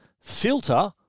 filter